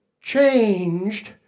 changed